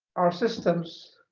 are systems